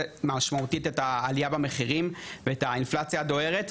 את העלייה במחירים ואת האינפלציה הדוהרת.